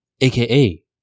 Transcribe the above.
aka